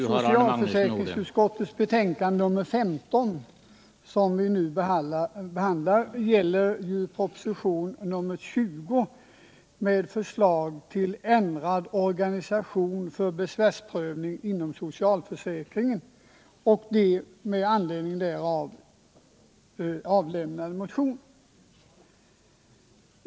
Herr talman! I socialförsäkringsutskottets betänkande nr 15 behandlas propositionen 20 med förslag till ändrad organisation för besvärsprövning inom socialförsäkringen och de med anledning av propositionen väckta motionerna.